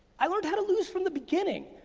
i learned how to lose from the beginning.